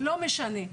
לא משנה.